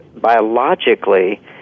Biologically